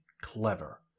clever